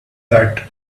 that